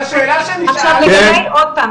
ולשאלה ששאלתי --- עוד פעם,